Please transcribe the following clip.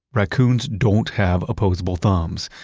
raccoons don't have opposable thumbs,